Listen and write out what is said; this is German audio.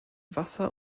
wasser